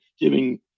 giving